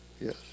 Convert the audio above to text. yes